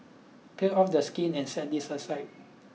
peel off the skin and set this aside